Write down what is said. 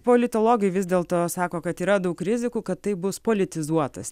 politologai vis dėl to sako kad yra daug rizikų kad tai bus politizuotas